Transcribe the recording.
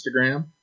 Instagram